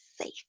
safe